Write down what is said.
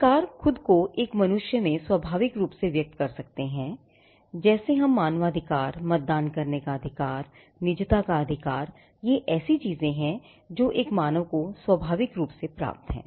अधिकार खुद को एक मनुष्य में स्वाभाविक रूप से व्यक्त कर सकते हैंजैसे हम मानवाधिकार मतदान करने का अधिकारनिजता का अधिकार ये ऐसी चीजें हैं जो एक मानव को स्वाभाविक रूप से प्राप्त हैं